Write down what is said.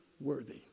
worthy